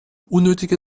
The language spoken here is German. unnötige